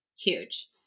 huge